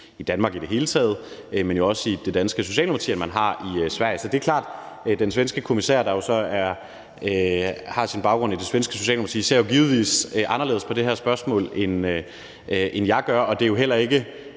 i Danmark i det hele taget ført en langt hårdere udlændingepolitik, end man har i Sverige. Så det er jo klart, at den svenske kommissær, der så har sin baggrund i det svenske socialdemokrati, givetvis ser anderledes på det her spørgsmål, end vi gør. Og det er jo heller ikke